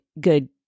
good